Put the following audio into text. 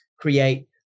create